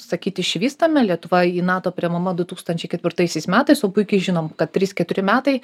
sakyt išvystame lietuva į nato priimama du tūkstančiai ketvirtaisiais metais o puikiai žinom kad trys keturi metai